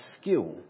skill